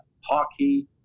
hockey